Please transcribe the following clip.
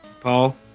Paul